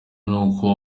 n’uko